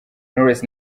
knowless